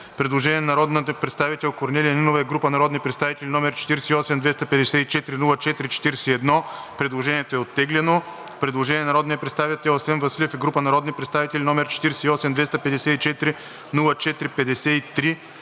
Предложение на народния представител Корнелия Нинова и група народни представители, № 48-254-04-41. Предложението е оттеглено. Предложение на народния представител Асен Василев и група народни представители, № 48-254-04-53.